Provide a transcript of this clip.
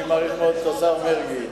אני מעריך מאוד את השר מרגי,